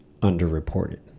underreported